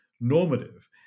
normative